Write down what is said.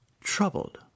troubled